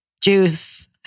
juice